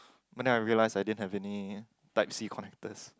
but then I realise I didn't have any type C connectors